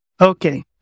Okay